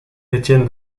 étienne